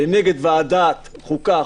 לנגד ועדת החוקה,